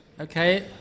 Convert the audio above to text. Okay